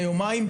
לפני יומיים,